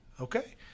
okay